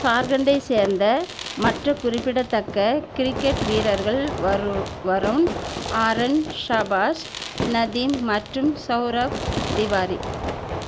ஷார்க்கண்டை சேர்ந்த மற்ற குறிப்பிடத்தக்க கிரிக்கெட் வீரர்கள் வருண் வருண் ஆரன் ஷாபாஸ் நதீம் மற்றும் சவுரப் திவாரி